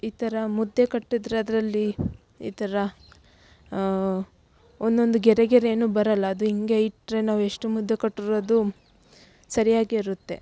ಈ ಥರ ಮುದ್ದೆ ಕಟ್ಟಿದ್ದರೆ ಅದರಲ್ಲಿ ಈ ಥರ ಒಂದೊಂದು ಗೆರೆ ಗೆರೆಯೂ ಬರೋಲ್ಲ ಅದು ಹಿಂಗೆ ಇಟ್ಟರೆ ನಾವು ಎಷ್ಟು ಮುದ್ದೆ ಕಟ್ರೂ ಅದು ಸರಿಯಾಗೇ ಇರುತ್ತೆ